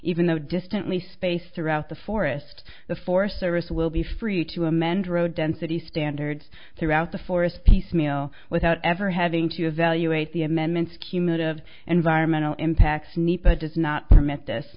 even though distantly spaced throughout the forest the forest service will be free to amend road density standards throughout the forest piecemeal without ever having to evaluate the amendments cumulative environmental impacts nepa does not permit this